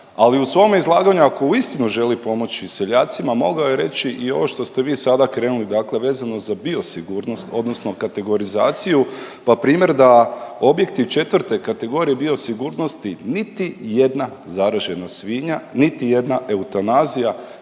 ali u svome izlaganju ako uistinu želi pomoći seljacima mogao je reći i ovo što ste vi sada krenuli. Dakle, vezano za biosigurnost odnosno kategorizaciju pa primjer da objekti 4 kategorije biosigurnosti niti jedna zaražena svinja, niti jedna eutanazija